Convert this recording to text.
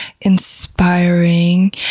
inspiring